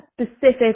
specific